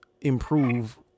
improve